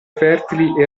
fertili